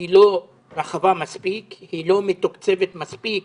היא לא רחבה מספיק, היא לא מתוקצבת מספיק